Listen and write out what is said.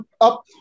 up